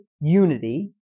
unity